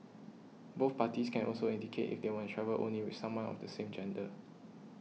both parties can also indicate if they want to travel only with someone of the same gender